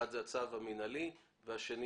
כאשר